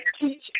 teach